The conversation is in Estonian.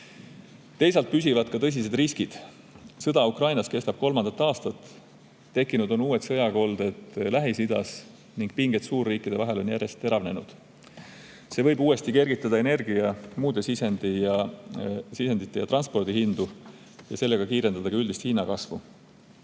Teisalt püsivad tõsised riskid. Sõda Ukrainas on kestnud kolm aastat. Tekkinud on uued sõjakolded Lähis‑Idas ning pinged suurriikide vahel on järjest teravnenud. See võib uuesti kergitada energia, muude sisendite ja transpordi hindu ning seeläbi kiirendada ka üldist hinnakasvu.